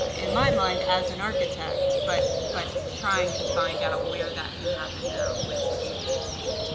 in my mind, as an architect, but but trying to find out where that can happen now with agency.